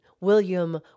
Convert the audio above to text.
William